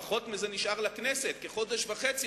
פחות מזה נשאר לכנסת, כחודש וחצי.